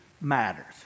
matters